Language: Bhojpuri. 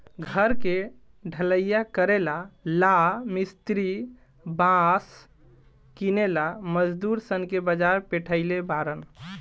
घर के ढलइया करेला ला मिस्त्री बास किनेला मजदूर सन के बाजार पेठइले बारन